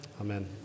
amen